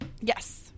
Yes